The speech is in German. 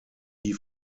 die